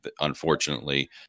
unfortunately